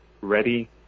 ready